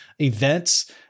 events